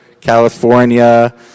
California